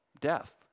death